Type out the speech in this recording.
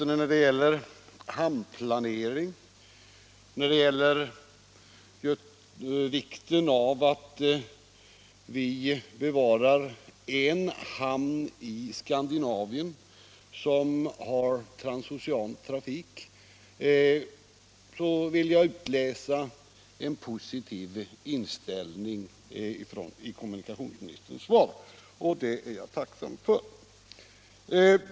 När det gäller hamnplanering och vikten av att vi bevarar en hamn i Skandinavien med transocean trafik, tycker jag mig också kunna utläsa en positiv inställning i kommunikationsministerns svar. Det är jag tacksam för.